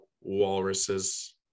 walruses